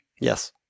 Yes